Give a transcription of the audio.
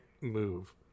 move